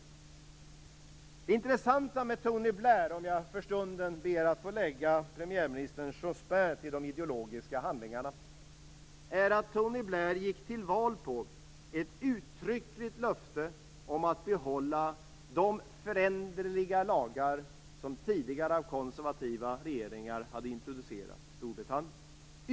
Det intressanta med Tony Blair - om jag för stunden ber att få lägga premiärminister Jospin till de ideologiska handlingarna - är att han gick till val på ett uttryckligt löfte om att behålla de föränderliga lagar som tidigare av konservativa regeringar hade introducerats i Storbritannien.